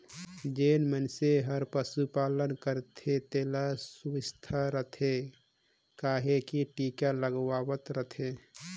जेन मइनसे हर पसु पालन करथे तेला सुवस्थ रहें कहिके टिका लगवावत रथे